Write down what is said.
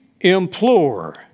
implore